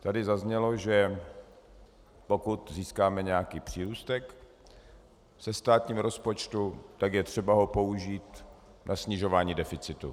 Tady zaznělo, že pokud získáme nějaký přírůstek ve státní rozpočtu, je třeba ho použít na snižování deficitu.